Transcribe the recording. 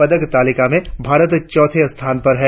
पदक तालिका में भारत चौथे स्थान पर है